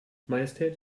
majestät